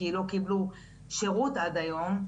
כי לא קיבלו שירות עד היום,